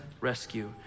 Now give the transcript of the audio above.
rescue